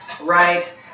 right